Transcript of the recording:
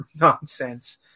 nonsense